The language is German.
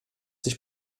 sich